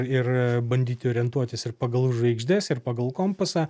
ir bandyti orientuotis ir pagal žvaigždes ir pagal kompasą